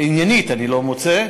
עניינית אני לא מוצא,